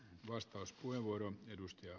arvoisa puhemies